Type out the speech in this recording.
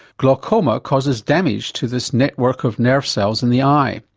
glaucoma causes damage to this network of nerve cells in the eye.